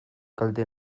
kalte